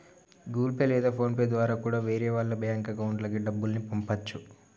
Google Pay లేదా PhonePe ద్వారా కూడా వేరే వాళ్ళ బ్యేంకు అకౌంట్లకి డబ్బుల్ని పంపచ్చు